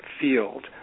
field